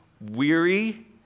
weary